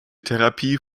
therapie